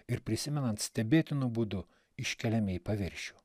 ir prisimenant stebėtinu būdu iškeliami į paviršių